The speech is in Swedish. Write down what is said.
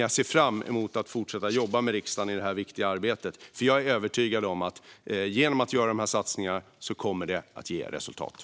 Jag ser fram emot att fortsätta att jobba med riksdagen i det här viktiga arbetet, för jag är övertygad om att det kommer att ge resultat om vi gör dessa satsningar.